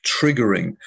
triggering